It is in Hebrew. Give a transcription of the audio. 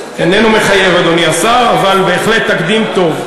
איננו מחייב, אדוני השר, אבל בהחלט תקדים טוב.